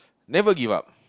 never give up